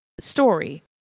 story